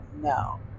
no